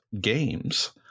games